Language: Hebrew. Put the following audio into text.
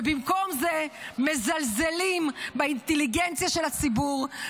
ובמקום זה מזלזלים באינטליגנציה של הציבור,